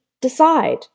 decide